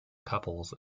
couples